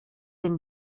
den